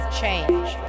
change